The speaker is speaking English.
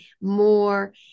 more